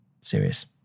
serious